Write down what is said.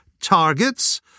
targets